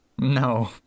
No